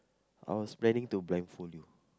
I was planning to blindfold you